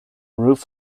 roof